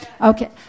Okay